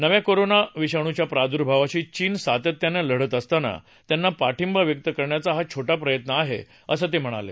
नव्या कोरोना विषाणूच्या प्रादुर्भावाशी चीन सातत्यानं लढत असताना त्यांना पाठिंबा व्यक्त करण्याचा हा छोटा प्रयत्न आहे असं ते म्हणाले